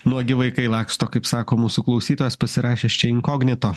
nuogi vaikai laksto kaip sako mūsų klausytojas pasirašęs čia inkognito